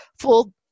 full